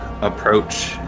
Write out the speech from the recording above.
approach